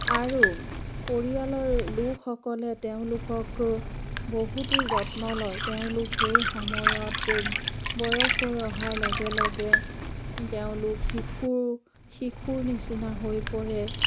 আৰু পৰিয়ালৰ লোকসকলে তেওঁলোককো বহুতো যত্ন লয় তেওঁলোক সেই সময়ত বয়স হৈ অহাৰ লগে লগে তেওঁলোক শিশু শিশুৰ নিচিনা হৈ পৰে